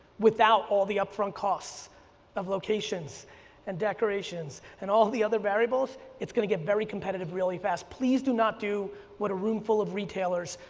without all the upfront costs of locations and decorations and all the other variables, it's going to get very competitive really fast. please do not do what a room full of retailers,